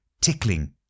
tickling